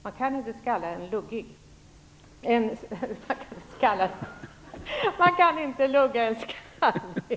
Man kan inte lugga en skallig.